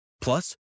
Plus